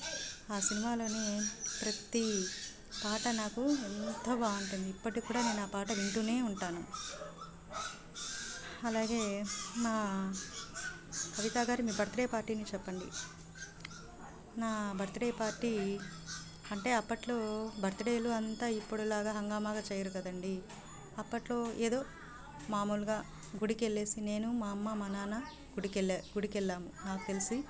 ఆ సినిమాలోని ప్రతి పాట నాకు ఎంత బాగుంటుంది ఇప్పటికి కూడా నేను ఆ పాట వింటూనే ఉంటాను అలాగే మా కవిత గారు మీ బర్త్డే పార్టీని చెప్పండి నా బర్త్డే పార్టీ అంటే అప్పట్లో బర్త్డేలు అంతా ఇప్పుడులాగా హంగామాగా చేయరు కదండీ అప్పట్లో ఏదో మామూలుగా గుడికి వెళ్లేసి నేను మా అమ్మ మా నాన్న గుడికి వె గుడికి వెళ్ళాము గుడికి వెళ్ళి నాకు తెలిసి